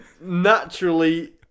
naturally